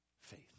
faith